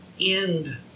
end